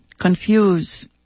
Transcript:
confuse